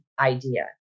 idea